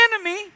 enemy